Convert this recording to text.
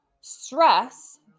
stress